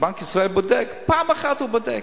כשבנק ישראל בודק, פעם אחת הוא בודק.